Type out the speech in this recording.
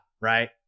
right